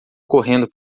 correndo